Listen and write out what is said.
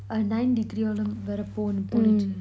uh nine degree அவ்ளோ வர போயிடுச்சி:avlo vara poiduchi